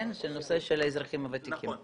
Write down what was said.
הנושא של האזרחים הוותיקים.